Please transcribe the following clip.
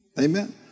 Amen